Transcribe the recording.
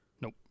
Nope